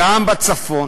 גם בצפון